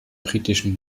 britischen